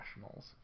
Nationals